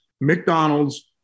McDonald's